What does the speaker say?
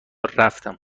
رفتم